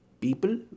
people